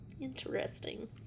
interesting